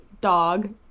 dog